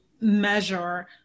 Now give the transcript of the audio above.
measure